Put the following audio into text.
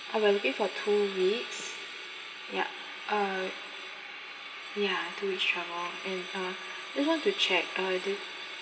ah we're looking for two weeks ya uh ya two weeks travel and uh just want to check uh do